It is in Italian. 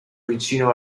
vicino